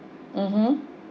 mmhmm